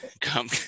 come